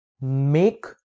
make